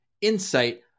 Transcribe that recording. insight